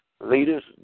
Leaders